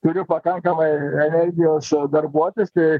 turiu pakankamai energijos darbuotis tai